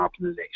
optimization